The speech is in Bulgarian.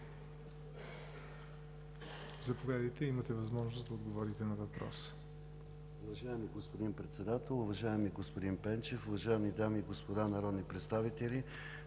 заповядайте, имате възможност да отговорите на въпроса. МИНИСТЪР КИРИЛ АНАНИЕВ: Уважаеми господин Председател, уважаеми господин Панчев, уважаеми дами и господа народни представители!